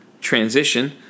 transition